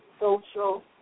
social